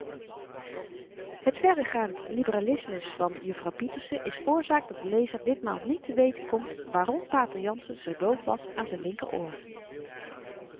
het verregaand liberalismus van juffrouw pieterse is oorzaak dat de lezer ditmaal niet te weten komt waarom pater jansen zoo doof was aan z'n linkeroor